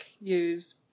use